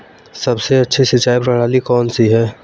सबसे अच्छी सिंचाई प्रणाली कौन सी है?